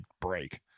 break